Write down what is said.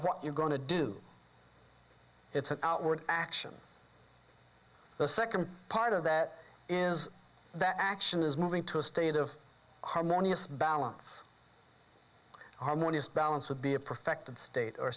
what you're going to do it's an outward action the second part of that is that action is moving to a state of harmonious balance harmonious balance would be a perfect state or